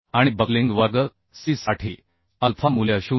आणि बक्लिंग वर्ग सी साठी अल्फा मूल्य 0